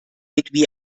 mit